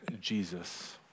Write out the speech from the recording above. Jesus